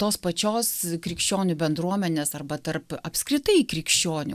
tos pačios krikščionių bendruomenės arba tarp apskritai krikščionių